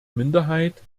minderheit